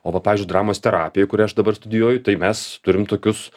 o va pavyzdžiui dramos terapijoj kurią aš dabar studijuoju tai mes turim tokius